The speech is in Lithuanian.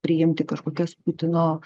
priimti kažkokias putino